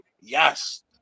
Yes